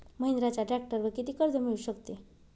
महिंद्राच्या ट्रॅक्टरवर किती कर्ज मिळू शकते?